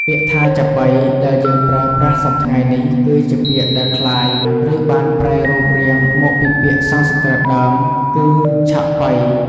ពាក្យថា "ចាប៉ី" ដែលយើងប្រើប្រាស់សព្វថ្ងៃនេះ គឺជាពាក្យដែលក្លាយ ឬបានប្រែរូបរាងមកពីពាក្យសំស្ក្រឹតដើមគឺ "ចក្ឆប៉ី"។